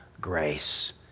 grace